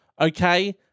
Okay